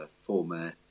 former